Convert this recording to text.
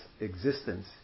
existence